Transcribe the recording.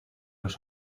los